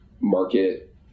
market